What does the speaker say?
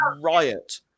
riot